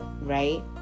right